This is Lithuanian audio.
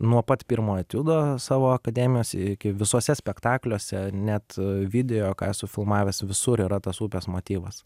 nuo pat pirmojo etiudo savo akademijos iki visuose spektakliuose net video ką esu filmavęs visur yra tas upės motyvas